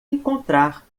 encontrar